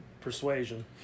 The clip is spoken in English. persuasion